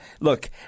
Look